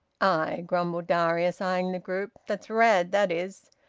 aye! grumbled darius, eyeing the group. that's rad, that is!